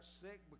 sick